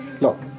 look